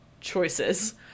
choices